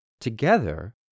Together